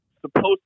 supposed